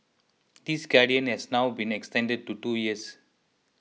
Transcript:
this guidance has now been extended to two years